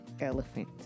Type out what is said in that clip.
elephant